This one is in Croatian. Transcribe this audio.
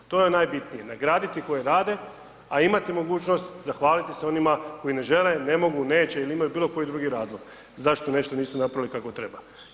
To je najbitnije, nagraditi koji rade, a imati mogućnost zahvaliti se onima koji ne žele, ne mogu, neće ili imaju bilo koji drugi razlog, zašto nešto nisu napravili kako treba.